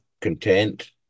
content